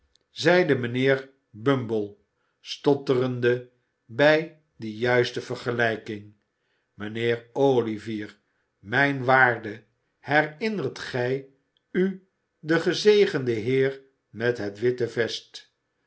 zeide mijnheer bumble stotterende bij die juiste vergelijking mijnheer olivier mijn waarde herinnert gij u den gezegenden heer met het witte vest